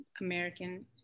American